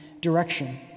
direction